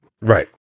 Right